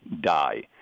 die